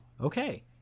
Okay